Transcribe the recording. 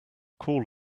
call